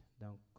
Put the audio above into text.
Donc